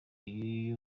y’uyu